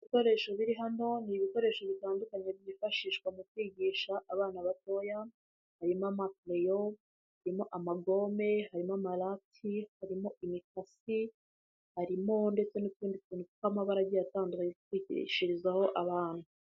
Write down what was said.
Ibikoresho biri hano, ni ibikoresho bitandukanye byifashishwa mu kwigisha abana batoya, harimo amakereyo, harimo amagome, harimo amarati, harimo imikasi, harimo ndetse n'utundi tuntu tw'amabara agiye atandukanye two kwigishirizaho abana.